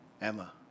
Emma